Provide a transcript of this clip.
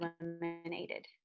eliminated